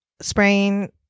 spraying